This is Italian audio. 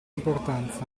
importanza